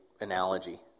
analogy